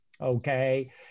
Okay